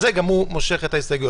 גם הוא מושך את ההסתייגויות.